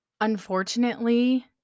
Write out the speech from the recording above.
unfortunately